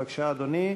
בבקשה, אדוני.